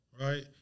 right